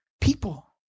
people